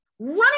running